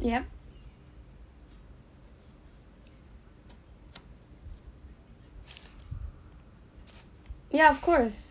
ya ya of course